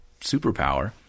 superpower